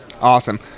Awesome